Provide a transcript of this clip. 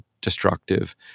destructive